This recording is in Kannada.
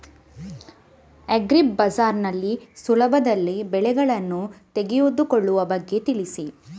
ಅಗ್ರಿ ಬಜಾರ್ ನಲ್ಲಿ ಸುಲಭದಲ್ಲಿ ಬೆಳೆಗಳನ್ನು ತೆಗೆದುಕೊಳ್ಳುವ ಬಗ್ಗೆ ತಿಳಿಸಿ